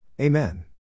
Amen